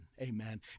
amen